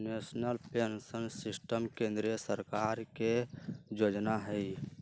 national pension system केंद्रीय सरकार के जोजना हइ